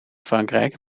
frankrijk